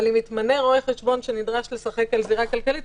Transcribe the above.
אבל אם מתמנה רואה חשבון שנדרש לשחק על זירה כלכלית,